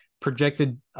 projected